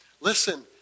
Listen